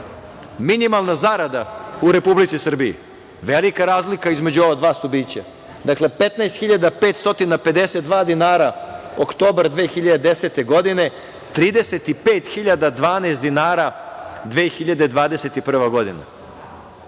Minimalna zarada u Republici Srbiji, velika razlika između ova dva stubića, dakle, 15.552 dinara oktobra 2010. godine, 35.012 dinara 2021. godine.